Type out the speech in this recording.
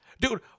Dude